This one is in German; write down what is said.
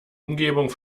umgebung